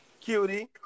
Cutie